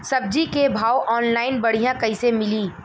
सब्जी के भाव ऑनलाइन बढ़ियां कइसे मिली?